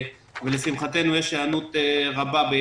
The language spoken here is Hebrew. לשמחתנו יש היענות רבה של